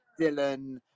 Dylan